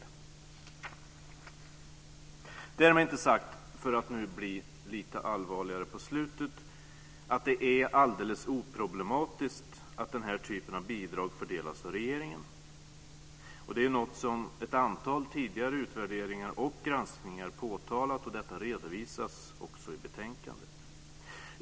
Därmed är det inte sagt - för att nu bli lite allvarligare på slutet - att det är alldeles oproblematiskt att den här typen av bidrag fördelas av regeringen. Det är något som ett antal tidigare utvärderingar och granskningar påtalat, och det redovisas i betänkandet.